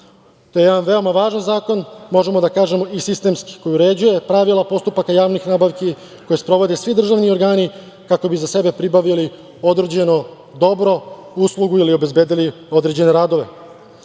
To je veoma važan zakon, možemo da kažemo, i sistemski koji uređuje pravila postupaka javnih nabavki koje sprovode svi državni organi kako bi za sebe pribavili određeno dobro, uslugu ili obezbedili određene radove.